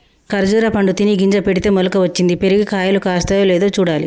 ఖర్జురా పండు తిని గింజ పెడితే మొలక వచ్చింది, పెరిగి కాయలు కాస్తాయో లేదో చూడాలి